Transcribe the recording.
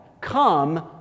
Come